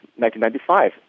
1995